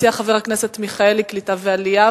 הציע חבר הכנסת מיכאלי קליטה ועלייה,